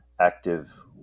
active